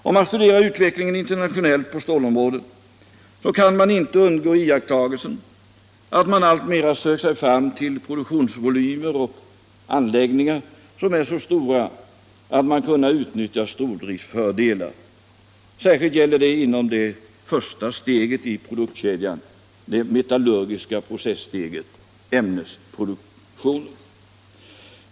Om vi studerar utvecklingen internationellt på stålområdet kan vi inte undgå iakttagelsen att man alltmer söker sig fram till produktionsvolymer och anläggningar som är så stora att man kan utnyttja stordriftfördelar. Särskilt gäller detta inom det första steget i produktionskedjan — det metallurgiska processteget, ämnesproduktionen.